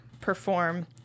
perform